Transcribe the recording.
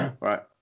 right